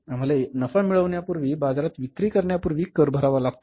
आम्हाला नफा मिळवण्यापूर्वी बाजारात विक्री करण्यापूर्वी कर भरावा लागतो